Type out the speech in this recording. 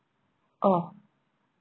oh